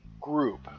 group